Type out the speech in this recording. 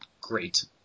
great